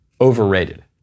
overrated